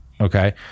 Okay